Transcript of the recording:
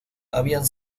habían